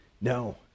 No